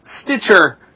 Stitcher